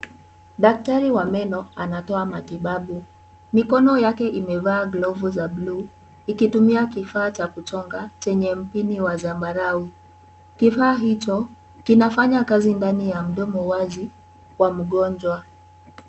Daktari wa meno anatoa matibabu. Mikono yake imevaa glovu za bluu ikitumia kifaa cha kuchonga chenye mpini wa zambarau. Kifaa hicho kinafanya kazi ndani ya mdomo wazi, wa mgonjwa.